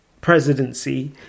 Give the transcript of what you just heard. presidency